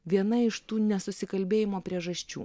viena iš tų nesusikalbėjimo priežasčių